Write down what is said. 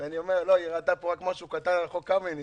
היא ראתה משהו קטן על חוק קמיניץ,